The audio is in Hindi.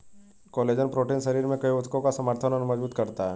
कोलेजन प्रोटीन शरीर में कई ऊतकों का समर्थन और मजबूत करता है